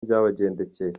byabagendekeye